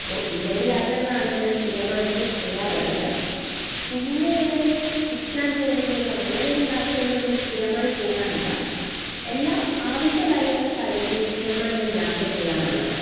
അപ്പോൾ ഈ രണ്ട് യാത്രകളാണ് ഞാൻ സ്ഥിരമായിട്ട് ചെയ്യാറുള്ളത് പിന്നെ അങ്ങനെ ചുറ്റാൻ പോകുന്നതോ അങ്ങനെ ഒരു യാത്ര നമ്മൾ സ്ഥിരമായി പോകാറില്ല എല്ലാം ആവശ്യ കാര്യങ്ങൾക്കായിരിക്കും സ്ഥിരമായി ഞാൻ യാത്ര ചെയ്യാറുള്ളത്